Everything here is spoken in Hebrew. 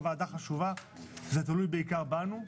זה תלוי בעיקר בנו.